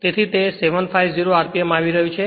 તેથી તે 750 rpm આવી રહ્યું છે